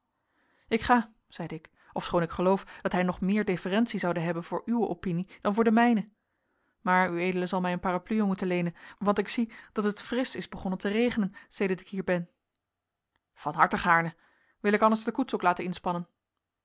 ik ga zeide ik ofschoon ik geloof dat hij nog meer deferentie zoude hebben voor uwe opinie dan voor de mijne maar ued zal mij een parapluie moeten leenen want ik zie dat het frisch is begonnen te regenen sedert ik hier ben van harte gaarne wil ik anders de koets ook laten inspannen